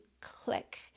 click